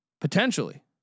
potentially